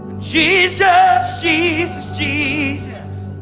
jesus, jesus, jesus.